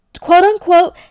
quote-unquote